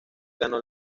ganó